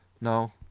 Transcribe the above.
No